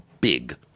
big